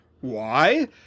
Why